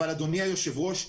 אבל אדוני היושב ראש,